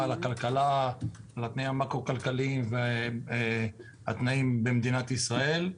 על הכלכלה והתנאים המקרו כלכליים במדינת ישראל.